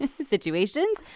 situations